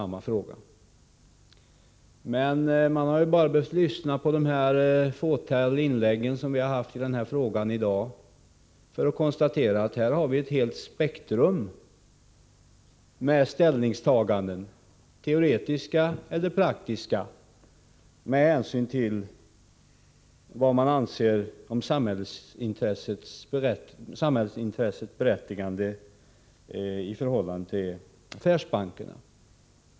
Men vi har bara behövt lyssna på de fåtaliga inlägg som gjorts i frågan i dag för att konstatera att vi här har ett helt spektrum med ställningstaganden, teoretiska och praktiska, med hänsyn till vad man anser om samhällsintressets berättigande i förhållande till affärsbankerna.